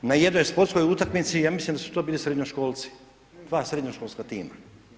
Na jednoj sportskoj utakmici, ja mislim da su to bili srednjoškolci, dva srednjoškolska tima.